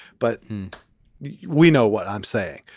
but we know what i'm saying.